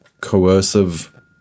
coercive